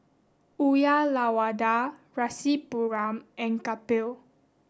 Uyyalawada Rasipuram and Kapil